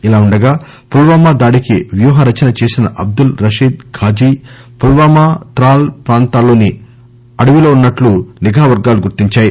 ఇలా ఉండగా పుల్వామా దాడికి వ్యూహ రచన చేసిన అబ్దుల్ రషీద్ ఘాజీ పుల్వామా ట్రాల్ ప్రాంతంలోని అడవిలో ఉన్నట్లు నిఘా వర్గాలు గుర్తించాయి